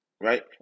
right